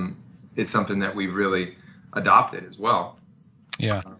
and it's something that we really adopted as well yeah,